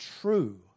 true